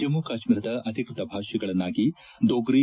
ಜಮ್ಮು ಕಾಶ್ಮೀರದ ಅಧಿಕೃತ ಭಾಷೆಗಳನ್ನಾಗಿ ದೋಗ್ರಿ